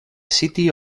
city